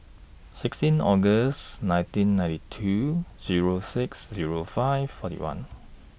sixteen August nineteen ninety two Zero six Zero five forty one